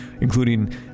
including